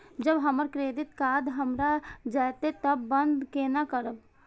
जब हमर credit card हरा जयते तब बंद केना करब?